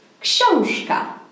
książka